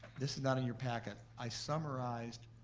this is not in your packet, i summarized